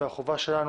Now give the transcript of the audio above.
והחובה שלנו,